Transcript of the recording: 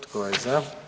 Tko je za?